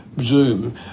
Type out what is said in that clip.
Zoom